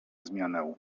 zmianę